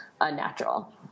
unnatural